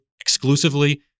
exclusively